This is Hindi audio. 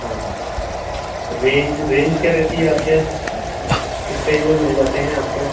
हाँ हाँ रेंज रेंज क्या रहती है आपके यहाँ किस रेंज में मिल जाते हैं आपके यहाँ